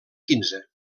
quinze